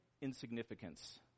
insignificance